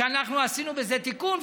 שאנחנו עשינו בזה תיקון,